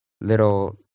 little